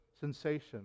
sensation